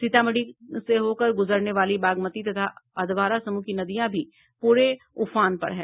सीतामढी होकर गुजरने वाली बागमती और अधवारा समूह की नदियां भी पूरे उफान पर हैं